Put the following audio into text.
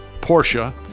Porsche